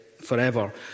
forever